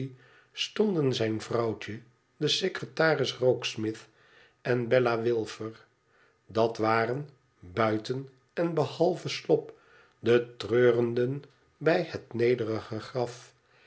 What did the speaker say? stonden zijn vrouwtje de secretaris rokesmith en bella wilfer dat waren buiten en behalve slop de treurenden bij het nederige graf